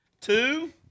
two